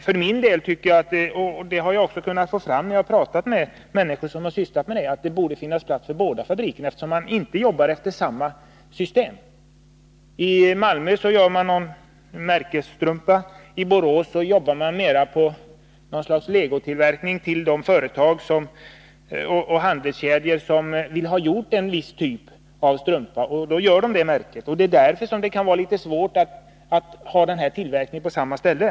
För min del anser jag — och det bygger jag på vad jag kunnat få fram när jag talat med människor som sysslat med detta — att det borde kunna finnas plats för båda fabrikerna, eftersom de inte jobbar efter samma system. I Malmö tillverkar man en märkesstrumpa, medan man i Borås mera jobbar med ett slags legotillverkning för de handelskedjor som vill ha en viss typ av strumpa. Därför kan det vara svårt att förlägga tillverkningen till samma ställe.